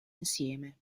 insieme